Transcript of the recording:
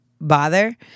bother